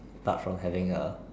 apart from having a